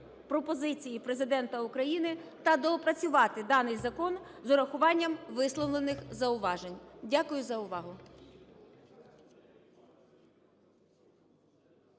пропозиції Президента України та доопрацювати даний закон з урахуванням висловлених зауважень. Дякую за увагу.